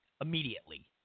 immediately